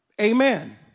Amen